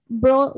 bro